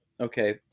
Okay